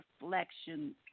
reflection